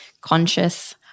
conscious